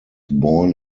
born